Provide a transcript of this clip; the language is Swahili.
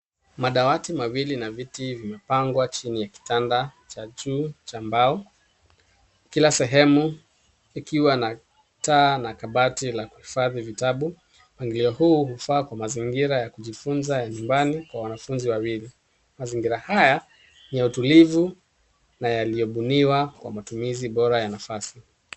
Madawati mawili na viti yamepangwa chini ya kitanda cha juu cha mbao kila sehemu ikiwa na taa na kabati la kuhifadhi mabati. Mpangilio huu hufaa kwa mazingira ya kujifunza ya nyumbani kwa wanafunzi wawili. Mazingira haya ni ya utulivu na yaliyobuniwa kwa matumizi bora ya nafasi.